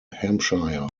hampshire